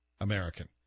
american